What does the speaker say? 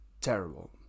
terrible